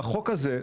והחוק הזה,